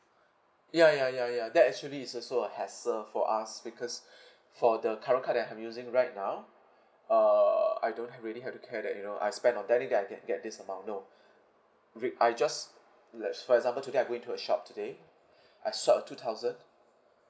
ya ya ya ya that actually is also a hassle for us because for the current card that I'm using right now uh I don't have really have to care that you know I've spent on dining then I can get this amount no whi~ I just let's for example today I'm going to a shop today I swiped a two thousand